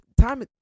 time